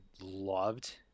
loved